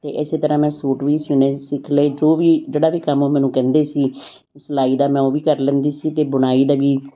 ਅਤੇ ਇਸੇ ਤਰ੍ਹਾਂ ਮੈਂ ਸੂਟ ਵੀ ਸੀਣੇ ਸਿੱਖ ਲਏ ਜੋ ਵੀ ਜਿਹੜਾ ਵੀ ਕੰਮ ਮੈਨੂੰ ਕਹਿੰਦੇ ਸੀ ਸਿਲਾਈ ਦਾ ਮੈਂ ਉਹ ਵੀ ਕਰ ਲੈਂਦੀ ਸੀ ਅਤੇ ਬੁਣਾਈ ਦਾ ਵੀ